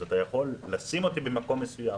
אז אתה יכול לשים אותי במקום מסוים.